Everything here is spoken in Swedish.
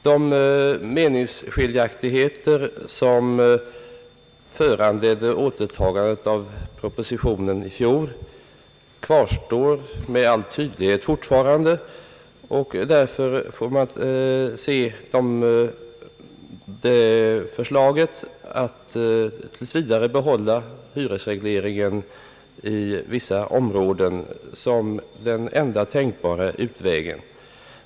De meningsskiljaktigheter som föranledde återtagandet av propositionen i fjol kvarstår med all tydlighet fortfarande, och därför får man se förslaget att tills vidare behålla hyresregleringen i vissa områden som den enda tänkbara utvägen.